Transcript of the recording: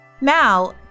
Now